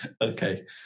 Okay